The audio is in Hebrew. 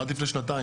עד לפני שנתיים.